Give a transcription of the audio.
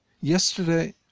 Yesterday